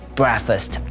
breakfast